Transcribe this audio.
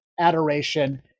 adoration